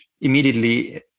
immediately